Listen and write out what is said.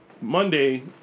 Monday